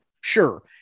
Sure